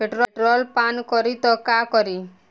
Petrol पान करी त का करी?